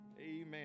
Amen